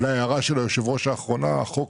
החוק